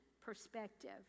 perspective